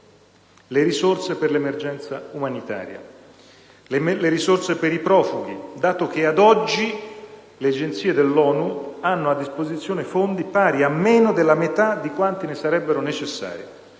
le risorse per l'emergenza umanitaria, peri profughi, dato che, ad oggi, le agenzie dell'ONU hanno a disposizione fondi pari a meno della metà di quanti ne sarebbero necessari.